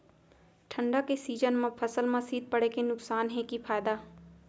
ठंडा के सीजन मा फसल मा शीत पड़े के नुकसान हे कि फायदा?